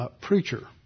preacher